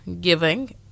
giving